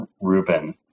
Ruben